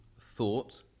thought